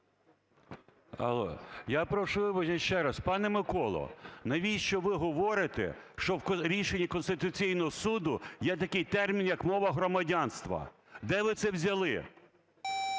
Я прошу ще раз. Пане Миколо, навіщо ви говорите, що в рішенні Конституційного Суду є такий термін, як "мова громадянства". Де ви це взяли?